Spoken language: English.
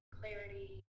clarity